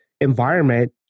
environment